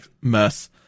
mess